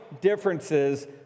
differences